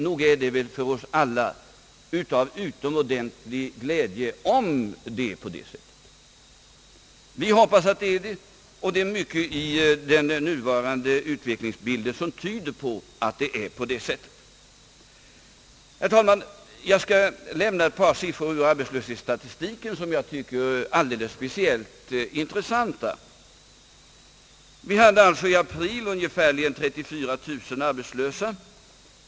Nog är det väl för oss alla av utomordentlig glädje om det är så. Vi hoppas att det är det, och det är mycket i den nuvarande utvecklingsbilden som tyder på det. Herr talman! Jag skall lämna ett par siffror ur arbetslöshetsstatistiken, som jag tycker är alldeles speciellt intressanta. Vi hade alltså i april ungefär 43 000 arbetslösa.